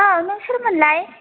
औ नों सोरमोनलाय